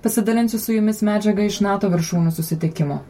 pasidalinsiu su jumis medžiaga iš nato viršūnių susitikimo